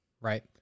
right